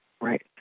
Right